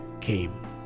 came